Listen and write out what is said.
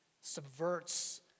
subverts